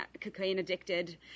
cocaine-addicted